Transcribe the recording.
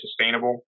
sustainable